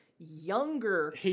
younger